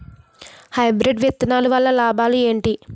Hybrid విత్తనాలు వల్ల లాభాలు ఏంటి?